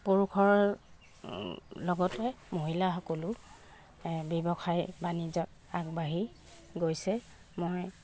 পুৰুষৰ লগতে মহিলাসকলো ব্যৱসায় বাণিজ্যত আগবাঢ়ি গৈছে মই